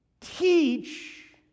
teach